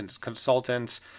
consultants